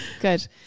Good